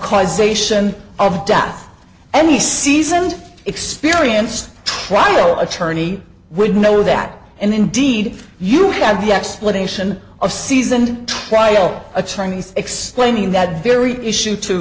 causation of death any seasoned experienced trial attorney would know that and indeed you have the explanation of seasoned trial a chinese explaining that very issue to